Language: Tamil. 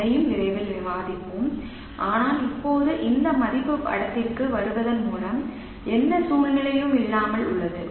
அதையும் விரைவில் விவாதிப்போம் ஆனால் இப்போது இந்த மதிப்பு படத்திற்கு வருவதன் மூலம் எந்த சூழ்நிலையும் இல்லாமல் உள்ளது